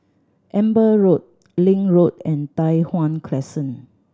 Amber Road Link Road and Tai Hwan Crescent